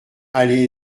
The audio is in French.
allée